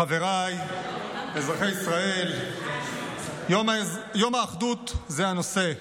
חבריי אזרחי ישראל, יום האחדות זה הנושא.